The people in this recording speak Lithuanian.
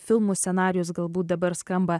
filmų scenarijus galbūt dabar skamba